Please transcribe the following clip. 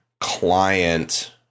client